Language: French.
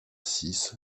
six